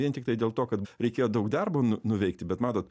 vien tiktai dėl to kad reikėjo daug darbo nu nuveikti bet matot